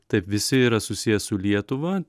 taip visi yra susiję su lietuva